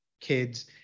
kids